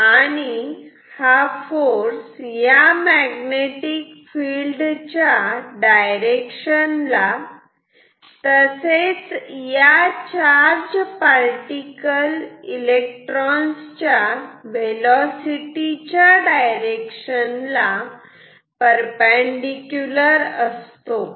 आणि हा फोर्स या मॅग्नेटिक फिल्ड च्या डायरेक्शन ला तसेच या चार्ज पार्टिकल इलेक्ट्रॉन्स च्या वेलोसिटी च्या डायरेक्शन ला परपेंडीकुलर असतो